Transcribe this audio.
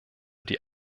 die